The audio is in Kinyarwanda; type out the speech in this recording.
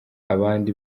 abandi